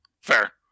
Fair